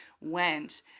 went